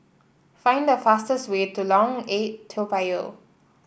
find the fastest way to Lorong Eight Toa Payoh